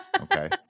okay